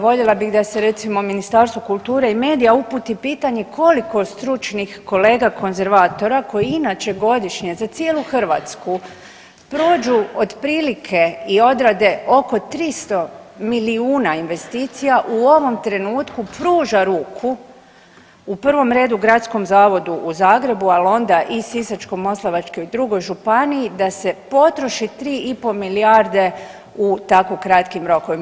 Voljela bih da se recimo Ministarstvu kulture i medija uputi pitanje koliko stručnih kolega konzervatora koji inače godišnje za cijelu Hrvatsku prođu otprilike i odrade oko 300 milijuna investicija u ovom trenutku pruža ruku u provom redu Gradskom zavodu u Zagrebu, al onda i Sisačko-moslavačkoj i drugoj županiji da se potroši 3,5 milijarde u tako kratkim rokovima.